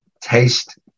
taste